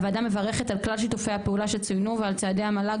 הוועדה מברכת על כלל שיתופי הפעולה שצוינו ועל צעדי המועצה